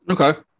Okay